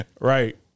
Right